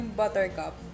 buttercup